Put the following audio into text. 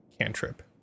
cantrip